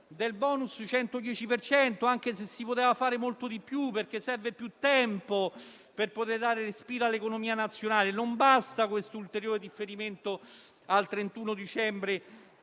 per cento, anche se si poteva fare molto di più, perché serve più tempo per dare respiro all'economia nazionale. Non basta quest'ulteriore differimento al 31 dicembre